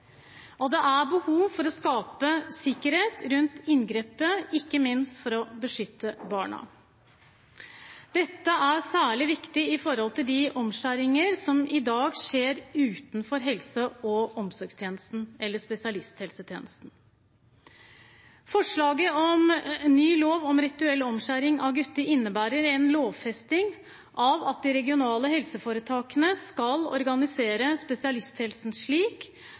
måte. Det er behov for å skape sikkerhet rundt inngrepet – ikke minst for å beskytte barna. Dette er særlig viktig når det gjelder de omskjæringene som i dag skjer utenfor helse- og omsorgstjenesten og utenfor spesialisthelsetjenesten. Forslaget om ny lov om rituell omskjæring av gutter innebærer en lovfesting av at de regionale helseforetakene skal organisere spesialisthelsetjenesten slik